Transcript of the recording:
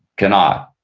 cannot.